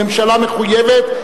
הממשלה מחויבת,